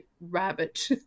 rabbit